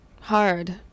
hard